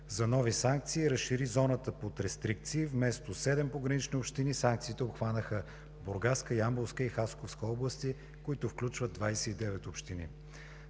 за нови санкции и разшири зоната под рестрикции – вместо 7 погранични общини, санкциите обхванаха Бургаска, Ямболска и Хасковска области, които включват 29 общини.